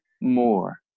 more